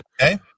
Okay